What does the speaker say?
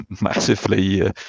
massively